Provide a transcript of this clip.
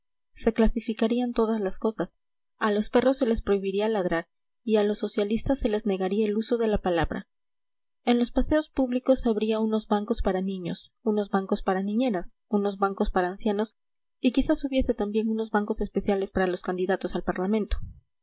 se clasificarían todas las cosas a los perros se les prohibiría ladrar y a los socialistas se les negaría el uso de la palabra en los paseos públicos habría unos bancos para niños unos bancos para niñeras unos bancos para ancianos y quizás hubiese también unos bancos especiales para los candidatos al parlamento